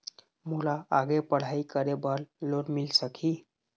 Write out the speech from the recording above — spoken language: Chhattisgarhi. मोला आगे पढ़ई करे बर लोन मिल सकही?